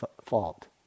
fault